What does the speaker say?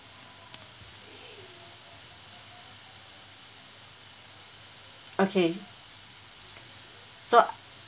okay so